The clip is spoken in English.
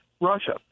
Russia